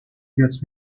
gets